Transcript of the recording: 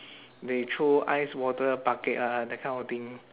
they throw ice water bucket ah that kind of thing